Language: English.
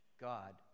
God